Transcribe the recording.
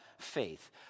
faith